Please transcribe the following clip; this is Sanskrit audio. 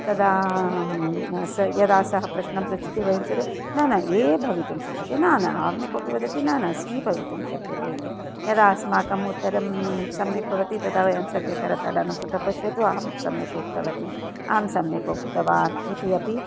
तदा स यदा सः प्रश्नं पृच्छति वयं सर्वे न न ए भवितुं शक्यते न न अन्य कोपि वदति न न सी भवितुं शक्यते इति यदा अस्माकम् उत्तरं सम्यक् भवति तदा वयं सर्वे करताडनं कृत्वा पश्यन्ति अहं सम्यक् उक्तवती अहं सम्यक् उक्तवान् इति अपि